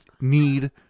need